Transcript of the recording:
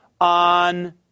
on